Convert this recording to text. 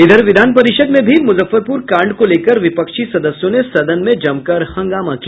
विधान परिषद में भी मूजफ्फरपूर कांड को लेकर विपक्षी सदस्यों ने सदन में जमकर हंगामा किया